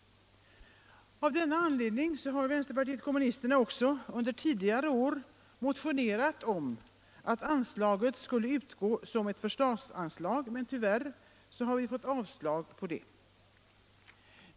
Av denna anledning har vänsterpartiet kommunisterna också under tidigare år motionerat om att anslaget skulle utgå som ett förslagsanslag, men tyvärr har vi fått avslag på detta.